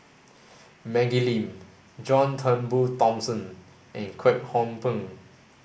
Maggie Lim John Turnbull Thomson and Kwek Hong Png